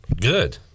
Good